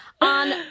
on